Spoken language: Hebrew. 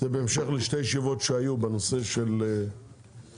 וזה בהמשך לשתי ישיבות שהיו בנושא של הנמלים.